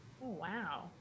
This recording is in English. wow